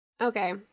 Okay